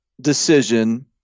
decision